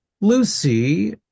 lucy